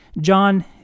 John